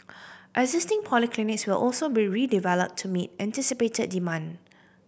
existing polyclinics will also be redeveloped to meet anticipated demand